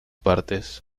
partes